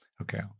Okay